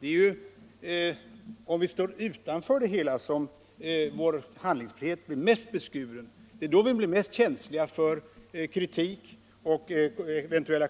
Det är ju om vi står utanför det hela som vår handlingsfrihet blir mest beskuren, det är då vi blir mest känsliga för kritik och eventuella